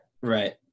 Right